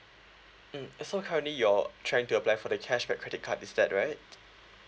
mm so currently you're trying to apply for the cashback credit card is that right